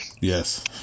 Yes